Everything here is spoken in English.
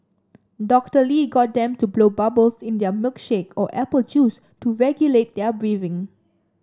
Doctor Lee got them to blow bubbles in their milkshake or apple juice to regulate their breathing